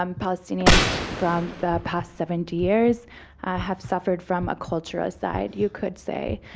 um palestinians from the past seventy years have suffered from a culture aside, you could say.